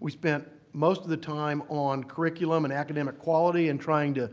we spent most of the time on curriculum and academic quality and trying to